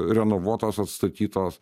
renovuotos atstatytos